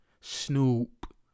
Snoop